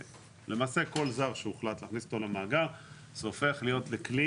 למעשה כל זר שהוחלט להכניס אותו למאגר זה הופך להיות לכלי